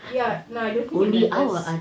ya I don't think it matters